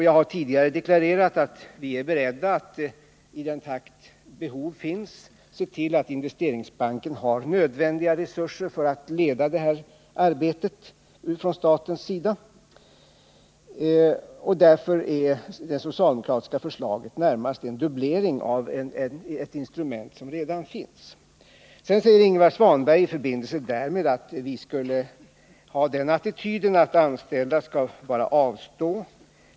Jag har tidigare deklarerat att vi är beredda att i den takt behov uppstår ge Investeringsbanken nödvändiga resurser för att leda det här arbetet från statens sida. Därför är det socialdemokratiska förslaget närmast en dubblering av ett instrument som redan finns. I samband med det sade Ingvar Svanberg att vi skulle ha attityden att de anställda bara skall avstå.